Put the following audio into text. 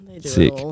Sick